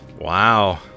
Wow